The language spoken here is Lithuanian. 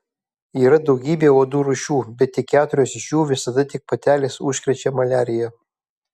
yra daugybė uodų rūšių bet tik keturios iš jų visada tik patelės užkrečia maliarija